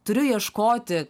turiu ieškoti